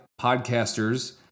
podcasters